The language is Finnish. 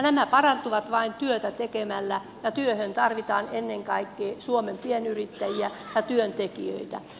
nämä parantuvat vain työtä tekemällä ja työhön tarvitaan ennen kaikkea suomen pienyrittäjiä ja työntekijöitä